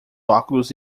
óculos